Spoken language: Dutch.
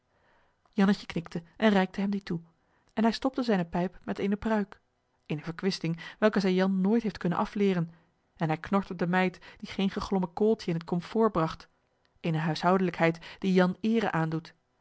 knikt en reikt hem die toe en hij stopt zijne pijp met eene pruik eene verkwisting welke zij jan nooit heeft kunnen afleeren en hij knort op de meid die geen geglommen kooltje in het komfoor bragt eene huishoudelijkheid die jan eere aandoet